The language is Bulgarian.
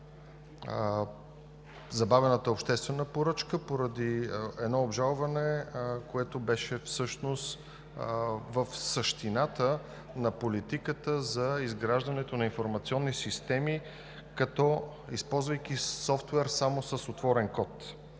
забавената обществена поръчка поради едно обжалване, което беше всъщност в същината на политиката за изграждането на информационни системи, използвайки софтуер само с отворен код.